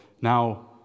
now